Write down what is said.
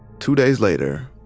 two days later,